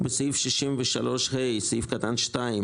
בסעיף 63ה סעיף קטן (2),